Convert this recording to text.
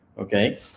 Okay